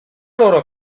loro